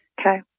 Okay